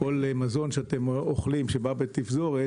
כל מזון שאתם אוכלים שבא בתפזורת,